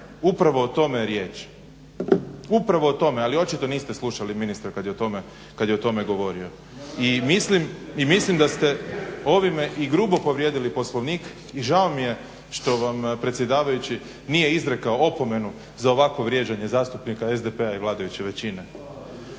upravo o tome je riječ. Upravo o tome, ali očito niste slušali ministra kad je o tome govorio. I mislim da ste ovime i grubo povrijedili Poslovnik, i žao mi je što vam predsjedavajući nije izrekao opomenu za ovakvo vrijeđanje zastupnika SDP-a i vladajuće većine.